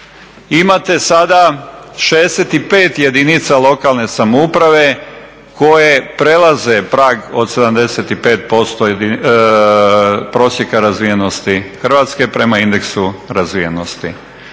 imate sada 65 jedinica lokalne samouprave koje prelaze prag od 75% prosjeka razvijenosti Hrvatske prema indeksu razvijenosti.